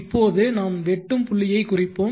இப்போது நாம் வெட்டும் புள்ளியைக் குறிப்போம்